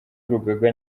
w’urugaga